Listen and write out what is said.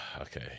Okay